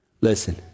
Listen